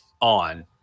on